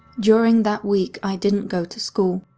during that week i didn't go to school.